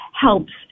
helps